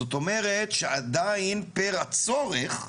זאת אומרת שעדיין פר הצורך,